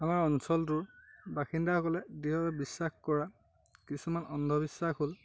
আমাৰ অঞ্চলটোৰ বাসিন্দাসকলে দৃঢ়ভাৱে বিশ্বাস কৰা কিছুমান অন্ধবিশ্বাস হ'ল